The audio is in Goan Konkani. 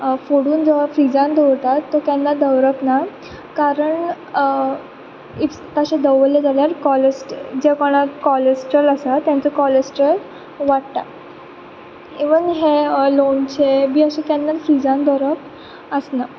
फोडून जो फ्रिजान दवरतात तो केन्नाय दवरप ना कारण इफ तशें दवरलें जाल्यार कोलेस्ट्रो जे कोणाक कोलेस्ट्रोल आसा ताचें कोलेस्ट्रोल वाडटा इवन हें लोणचें बी अशें केन्ना फ्रिजान दवरप आसना